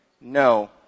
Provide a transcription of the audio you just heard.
no